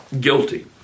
guilty